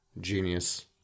genius